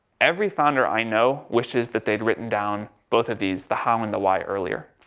every founder i know wishes that they'd written down both of these, the how and the why, earlier.